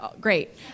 great